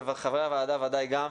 וחברי הוועדה ודאי גם,